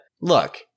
look